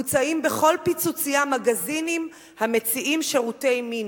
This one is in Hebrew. מוצעים בכל "פיצוצייה" מגזינים המציעים שירותי מין,